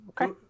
Okay